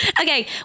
Okay